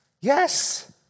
yes